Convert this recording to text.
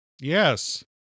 Yes